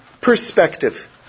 perspective